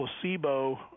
placebo